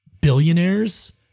billionaires